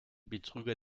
betrüger